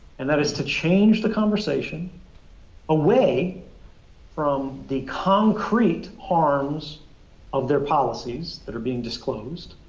and that is to change the conversation away from the concrete harms of their policies that are being disclosed